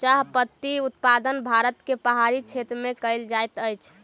चाह पत्ती उत्पादन भारत के पहाड़ी क्षेत्र में कयल जाइत अछि